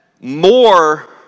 more